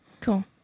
cool